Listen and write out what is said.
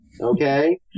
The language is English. Okay